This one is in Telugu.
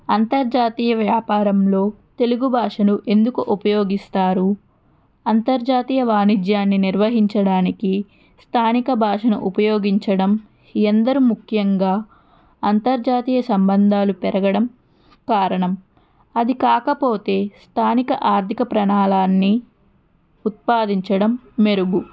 అంతర్జాతీయ వ్యాపారంలో తెలుగు భాషను ఎందుకు ఉపయోగిస్తారు అంతర్జాతీయ వాణిజ్యాన్ని నిర్వహించడానికి స్థానిక భాషను ఉపయోగించడం ఎందరు ముఖ్యంగా అంతర్జాతీయ సంబంధాలు పెరగడం కారణం అది కాకపోతే స్థానిక ఆర్థిక ప్రణాళాన్ని ఉత్పాదించడం మెరుగు